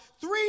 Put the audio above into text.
three